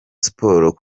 sports